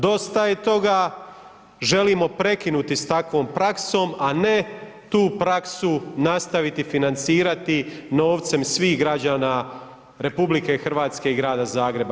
Dosta je toga, želimo prekinuti s takvom praksom, a ne tu praksu nastaviti financirati novcem svih građana RH i Grada Zagreba.